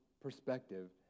perspective